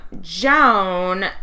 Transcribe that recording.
Joan